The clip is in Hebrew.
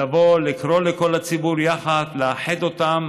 לבוא, לקרוא לכל הציבור יחד, לאחד אותם.